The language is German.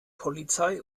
polizei